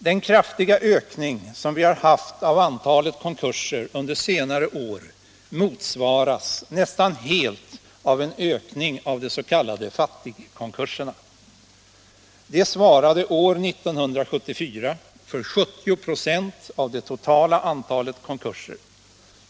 Den kraftiga ökning som vi har haft av antalet konkurser under senare år motsvaras nästan helt av en ökning av de s.k. fattigkonkurserna. De svarade år 1974 för 70 96 av det totala antalet konkurser.